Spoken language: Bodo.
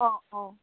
अ अ